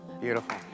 Beautiful